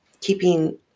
keeping